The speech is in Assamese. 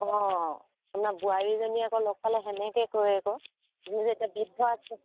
অঁ আপোনাৰ বোৱাৰীজনীয়ে আকৌ লগ পালে তেনেকৈ কয় আকৌ আপুনি যে এতিয়া বৃদ্ধ